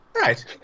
right